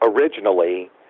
originally